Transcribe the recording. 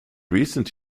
recent